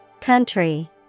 Country